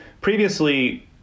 previously